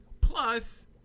plus